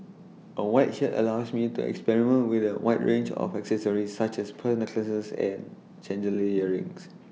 A white shirt allows me to experiment with A wide range of accessories such as pearl necklaces and chandelier earrings